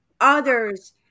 others